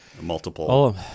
multiple